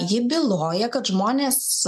ji byloja kad žmonės